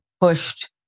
pushed